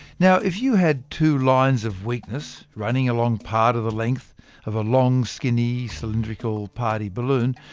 now if you had two lines of weakness running along part of the length of a long skinny cylindrical party balloon,